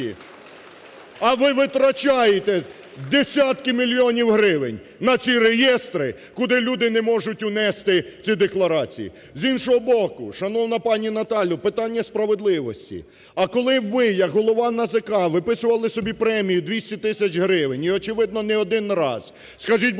А ви витрачаєте десятки мільйонів гривень на ці реєстри, куди люди не можуть внести ці декларації! З іншого боку, шановна пані Наталія, питання справедливості. А коли ви як голова НАЗК виписували собі премію в 200 тисяч гривень і, очевидно, не один раз, скажіть, будь